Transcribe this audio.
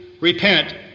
repent